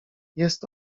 jest